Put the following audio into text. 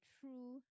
true